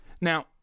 Now